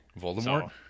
voldemort